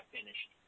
finished